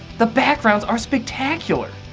the backgrounds are spectacular.